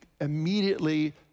immediately